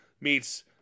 meets